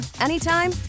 anytime